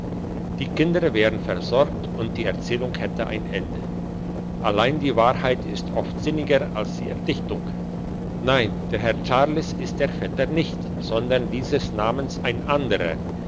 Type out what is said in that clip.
die kinder wären versorgt und die erzählung hätte ein ende allein die wahrheit ist oft sinniger als die erdichtung nein der herr charles ist der vetter nicht sondern dieses namens ein anderer